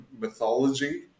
mythology